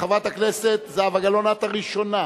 חברת הכנסת זהבה גלאון, את הראשונה,